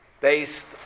based